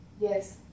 Yes